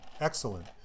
Excellent